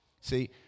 See